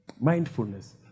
Mindfulness